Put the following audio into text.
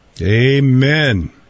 Amen